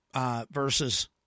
versus